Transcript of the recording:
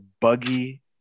buggy